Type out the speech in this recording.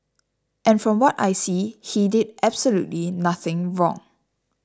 and from what I see he did absolutely nothing wrong